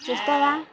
ᱪᱮᱥᱴᱟᱭᱟ